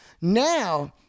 now